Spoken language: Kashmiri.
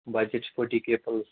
بَجَٹ چھِ فورٹی کے پُلَس